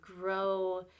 grow